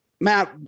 Matt